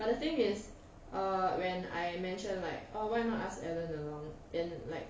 but the thing is uh when I mentioned like oh why not ask alan along then like